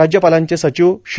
राज्यपालांचे सचिव श्री